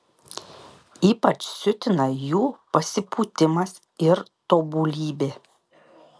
ypač siutina jų pasipūtimas ir tobulybė